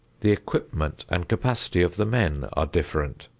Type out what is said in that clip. the equipment and capacity of the men are different,